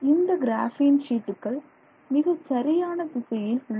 இந்த கிராபின் ஷீட்டுகள் மிகச் சரியான திசையில் உள்ளன